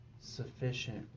sufficient